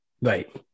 Right